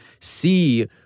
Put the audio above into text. see